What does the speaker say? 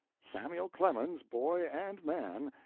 samuel clemens, boy and man,